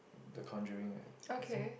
The-Conjuring I I think